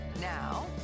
Now